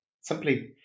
simply